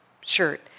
shirt